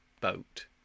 boat